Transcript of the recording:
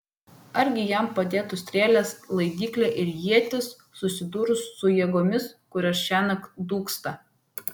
argi jam padėtų strėlės laidyklė ir ietis susidūrus su jėgomis kurios šiąnakt dūksta